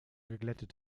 geglättet